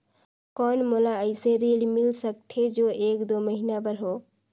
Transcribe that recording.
कौन मोला अइसे ऋण मिल सकथे जो एक दो महीना बर हो?